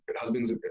husbands